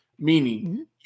Meaning